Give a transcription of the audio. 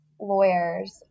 lawyers